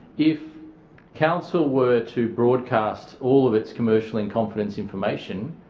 if council were to broadcast all of its commercial-in-confidence information,